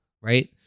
right